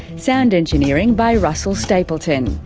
sound engineering by russell stapleton.